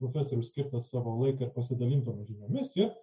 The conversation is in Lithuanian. profesorei už skirtą savo laiką ir pasidalintomis žiniomis ir